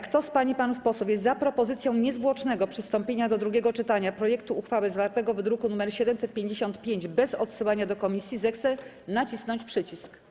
Kto z pań i panów posłów jest za propozycją niezwłocznego przystąpienia do drugiego czytania projektu uchwały zawartego w druku nr 755 bez odsyłania do komisji, zechce nacisnąć przycisk.